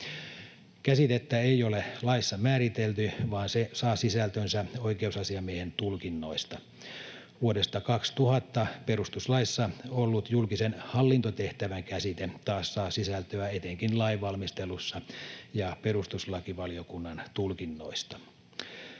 Käsitettä ei ole laissa määritelty, vaan se saa sisältönsä oikeusasiamiehen tulkinnoista. Vuodesta 2000 perustuslaissa ollut julkisen hallintotehtävän käsite taas saa sisältöä etenkin lainvalmistelussa ja perustuslakivaliokunnan tulkinnoista.